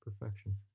Perfection